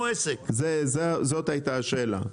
זאת הייתה השאלה.